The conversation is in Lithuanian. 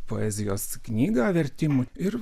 poezijos knygą vertimų ir